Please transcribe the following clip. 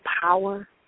power